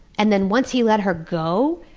and then, once he let her go,